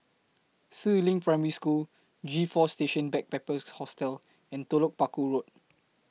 Si Ling Primary School G four Station Backpackers Hostel and Telok Paku Road